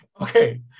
Okay